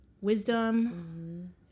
wisdom